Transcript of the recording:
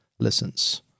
listens